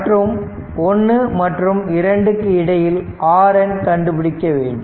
மற்றும் 1 மற்றும் 2 இக்கு இடையில் RN கண்டுபிடிக்க வேண்டும்